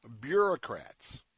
bureaucrats